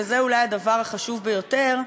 וזה אולי הדבר החשוב ביותר,